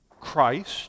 Christ